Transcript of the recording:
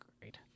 great